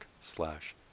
slash